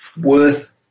Worth